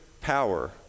power